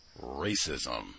racism